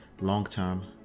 long-term